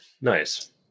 Nice